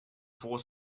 four